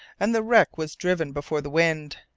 and the wreck was driven before the wind.